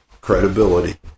credibility